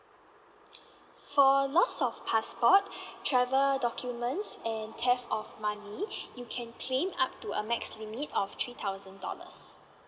for lost of passport travel documents and theft of money you can claim up to a max limit of three thousand dollars